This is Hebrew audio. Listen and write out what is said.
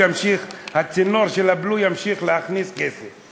שהצינור של הבלו ימשיך להכניס כסף.